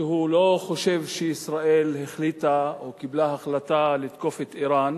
שהוא לא חושב שישראל החליטה או קיבלה החלטה לתקוף את אירן,